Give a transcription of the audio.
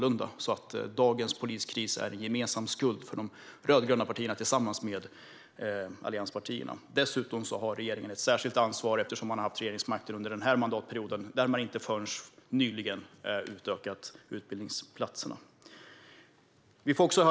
Skulden till dagens poliskris är alltså gemensam för de rödgröna partierna tillsammans med allianspartierna. Dessutom har regeringen ett särskilt ansvar eftersom man har haft regeringsmakten under den här mandatperioden men inte förrän nyligen utökat utbildningsplatserna.